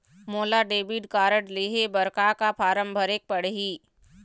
मोला debit card लेहे बर का का फार्म भरेक पड़ही?